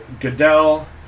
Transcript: Goodell